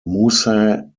musa